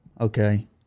Okay